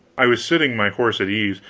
i was sitting my horse at ease,